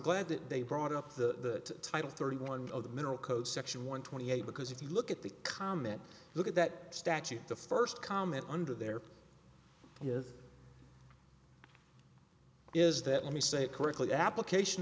glad that they brought up the title thirty one of the mineral code section one twenty eight because if you look at the comment look at that statute the first comment under there yes is that let me say it correctly the application